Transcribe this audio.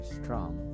strong